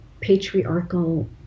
patriarchal